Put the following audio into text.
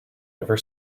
ever